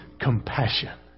compassion